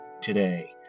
today